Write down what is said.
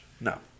No